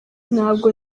ntabwo